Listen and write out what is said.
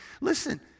listen